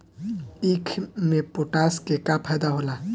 ईख मे पोटास के का फायदा होला?